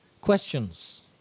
questions